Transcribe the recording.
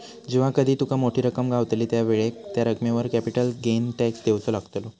जेव्हा कधी तुका मोठी रक्कम गावतली त्यावेळेक त्या रकमेवर कॅपिटल गेन टॅक्स देवचो लागतलो